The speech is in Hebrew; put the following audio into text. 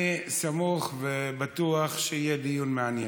אני סמוך ובטוח שיהיה דיון מעניין.